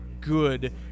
good